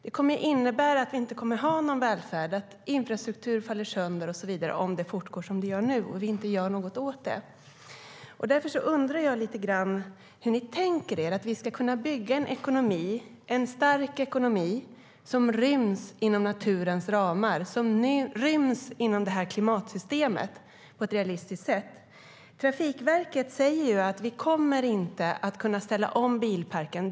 Det kommer att innebära att vi inte har någon välfärd, att infrastruktur faller sönder och så vidare om det fortgår som det gör nu och vi inte gör något åt det. Därför undrar jag lite grann hur ni tänker er att vi ska kunna bygga en stark ekonomi som ryms inom naturens ramar, som ryms inom det här klimatsystemet på ett realistiskt sätt. Trafikverket säger att vi inte kommer att kunna ställa om bilparken.